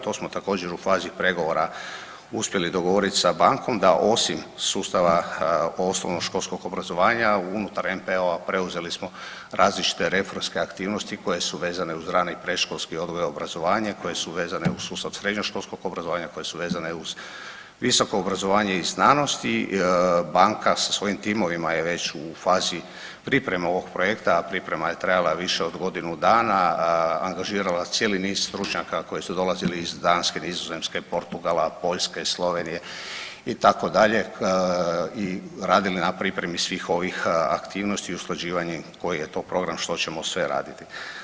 To smo također u fazi pregovora uspjeli dogovorit sa bankom da osim sustava osnovnoškolskog obrazovanja unutar NPOO-a preuzeli smo različite reformske aktivnosti koje su vezane uz rani i predškolski odgoj i obrazovanje, koje su vezane uz sustav srednjoškolskog obrazovanja, koje su vezane uz visoko obrazovanje i znanost i banka sa svojim timovima je već u fazi pripreme ovog projekta, a priprema je trajala više od godinu dana, angažirala cijeli niz stručnjaka koji su dolazili iz Danske, Nizozemske, Portugala, Poljske, Slovenije itd. i radili na pripremi svih ovih aktivnosti i usklađivanju koji je to program i što ćemo sve raditi.